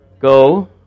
Go